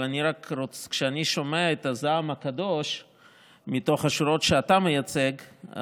אבל כשאני שומע את הזעם הקדוש מתוך השורות שאתה מייצג,